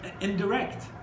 indirect